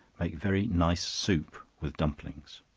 make very nice soup, with dumplings.